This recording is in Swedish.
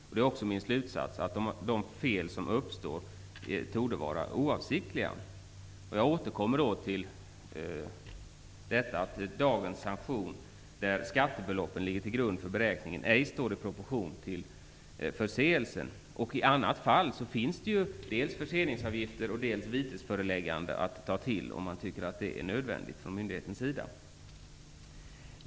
Därmed är det min slutsats att det stora flertalet fel som uppstår är oavsiktliga. Jag återkommer då till att dagens sanktion, där skattebeloppen ligger till grund för beräkningen, ej står i proportion till förseelsen. I annat fall finns det ju förseningsavgifter och vitesförelägganden att ta till, om man från myndighetens sida anser att det är nödvändigt.